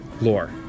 lore